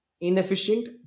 inefficient